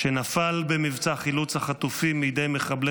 שנפל במבצע חילוץ החטופים מידי מחבלי